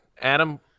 Adam